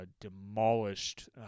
demolished